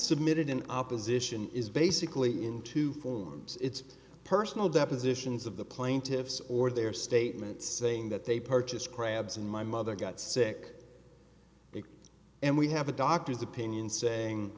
submitted in opposition is basically in two forms it's personal depositions of the plaintiffs or their statements saying that they purchased crabs and my mother got sick and we have a doctor's opinion saying